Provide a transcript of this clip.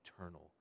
eternal